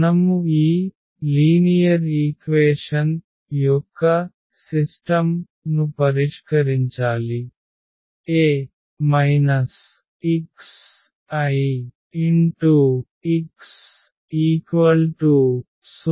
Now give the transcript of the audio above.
మనము ఈ సరళ సమీకరణం యొక్క వ్యవస్థను పరిష్కరించాలి A xIx 0